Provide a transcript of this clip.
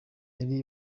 yari